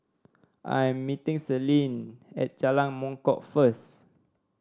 I'm meeting Selene at Jalan Mangkok first